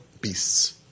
beasts